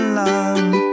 love